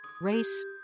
race